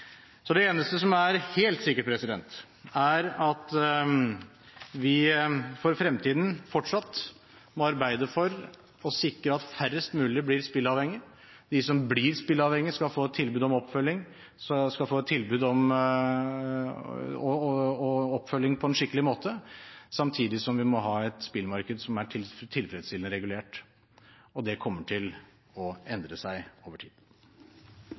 Så det eneste som er helt sikkert, er at vi for fremtiden fortsatt må arbeide for å sikre at færrest mulig blir spillavhengige, og at de som blir spillavhengige, skal få tilbud om oppfølging på en skikkelig måte, samtidig som vi må ha et spillmarked som er tilfredsstillende regulert. Og det kommer til å endre seg over tid.